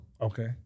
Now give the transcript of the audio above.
Okay